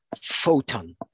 photon